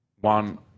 One